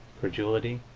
credulity,